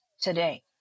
today